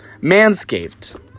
Manscaped